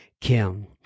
kim